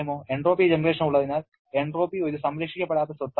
entropy generation ഉള്ളതിനാൽ entropy ഒരു സംരക്ഷിക്കപ്പെടാത്ത സ്വത്താണ്